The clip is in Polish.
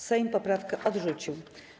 Sejm poprawkę odrzucił.